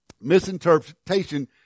misinterpretation